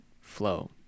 flow